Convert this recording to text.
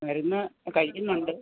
മരുന്ന് കഴിക്കുന്നുണ്ട്